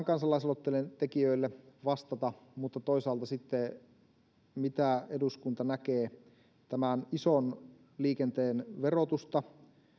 kansalaisaloitteen tekijöille vastata ja toisaalta myös sitä mitä eduskunta näkee tämän ison liikenteen verotusta